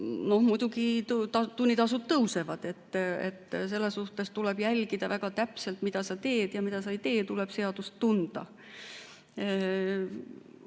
poolt. Muidugi tunnitasud tõusevad. Selles suhtes tuleb jälgida väga täpselt, mida sa teed ja mida sa ei tee, tuleb seadust tunda.